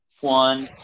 one